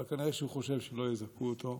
אבל כנראה שהוא חושב שלא יזכו אותו,